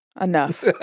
Enough